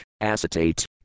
acetate